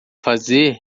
fazer